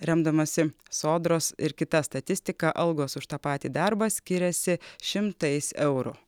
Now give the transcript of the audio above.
remdamasi sodros ir kita statistika algos už tą patį darbą skiriasi šimtais eurų